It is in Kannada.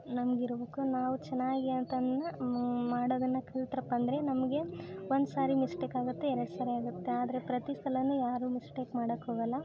ನಮ್ಗೆ ಇರ್ಬೇಕು ನಾವು ಚೆನ್ನಾಗಿ ಅಂತನ್ನ ಮಾಡೋದನ್ನು ಕಲ್ತ್ರಪ್ಪ ಅಂದರೆ ನಮಗೆ ಒಂದು ಸಾರಿ ಮಿಸ್ಟೇಕ್ ಆಗುತ್ತೆ ಎರಡು ಸಾರೆ ಆಗುತ್ತೆ ಆದರೆ ಪ್ರತಿ ಸಲನೂ ಯಾರೂ ಮಿಸ್ಟೇಕ್ ಮಾಡಕ್ಕೆ ಹೋಗಲ್ಲ